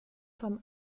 vom